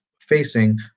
facing